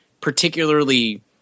particularly